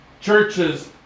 churches